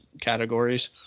categories